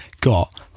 got